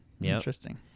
Interesting